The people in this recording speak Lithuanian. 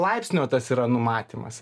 laipsnio tas yra numatymas